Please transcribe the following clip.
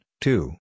two